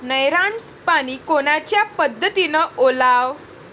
नयराचं पानी कोनच्या पद्धतीनं ओलाव?